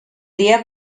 dia